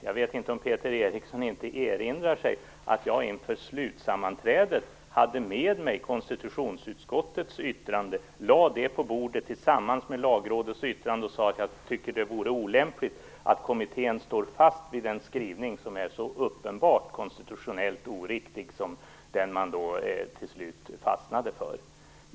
Jag vet inte om Peter Eriksson inte erinrar sig att jag inför slutsammanträdet hade med mig konstitutionsutskottets yttrande, lade det på bordet tillsammans med Lagrådets yttrande och sade att jag tyckte det vore olämpligt att kommittén står fast vid en skrivning som så uppenbart är konstitutionellt oriktig som den man till slut fastnade för.